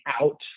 out